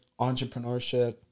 entrepreneurship